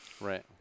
Right